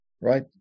right